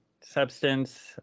substance